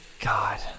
god